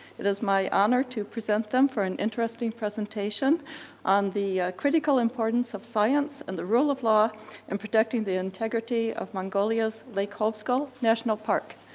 it is my honor to present them for an interesting presentation on the critical importance of science and the rule of law in protecting the integrity of mongolia's lake hovsgol national park.